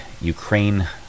ukraine